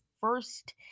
first